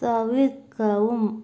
தவிர்க்கவும்